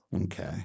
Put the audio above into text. Okay